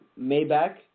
Maybach